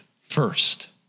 first